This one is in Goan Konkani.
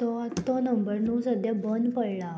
तो तो नंबर न्हू सद्द्या बंद पडला